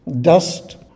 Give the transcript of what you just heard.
Dust